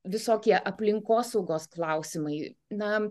visokie aplinkosaugos klausimai na